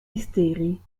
mysterie